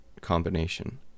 combination